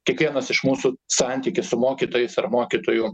kiekvienas iš mūsų santykį su mokytojais ar mokytoju